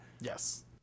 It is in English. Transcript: Yes